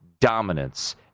dominance